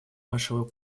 нашего